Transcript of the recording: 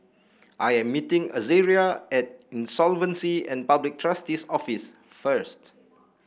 i am meeting Azaria at Insolvency and Public Trustee's Office first